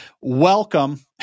welcome